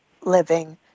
living